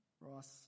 Ross